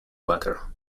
butter